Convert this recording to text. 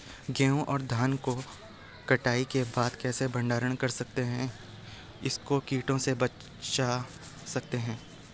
गेहूँ और धान को कटाई के बाद कैसे भंडारण कर सकते हैं इसको कीटों से कैसे बचा सकते हैं?